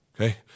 Okay